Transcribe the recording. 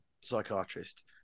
psychiatrist